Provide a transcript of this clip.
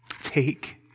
Take